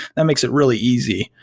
that makes it really easy,